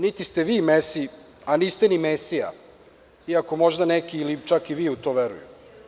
Niti ste Mesi a niste ni Mesija, iako možda neki, ili čak i vi, u to veruju.